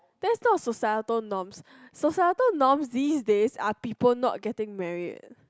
that's not societal norms societal norms is there's people not getting married